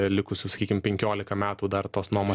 likusius sakykim penkiolika metų dar tos nuomos